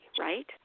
Right